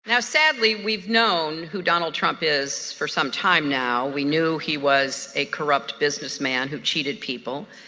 now, sadly we've known who donald trump is for some time now. we knew he was a corrupt businessman who cheated people.